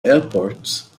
airport